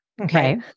Okay